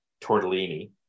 tortellini